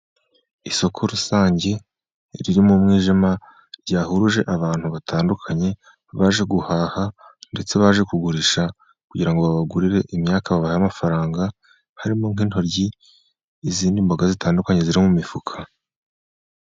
Isoko rusange ririmo umwijima, ryahuruje abantu batandukanye baje guhaha ndetse baje kugurisha, kugira ngo ngo babagurire imyaka, babahe amafaranga. Harimo nk’intoryi, izindi mboga zitandukanye ziri mu mifuka.